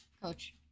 coach